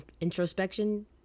introspection